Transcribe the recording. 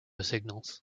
signals